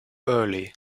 early